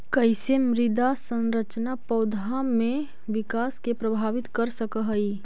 कईसे मृदा संरचना पौधा में विकास के प्रभावित कर सक हई?